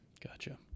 gotcha